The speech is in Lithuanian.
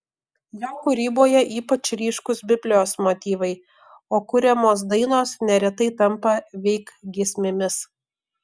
jo kūryboje ypač ryškūs biblijos motyvai o kuriamos dainos neretai tampa veik giesmėmis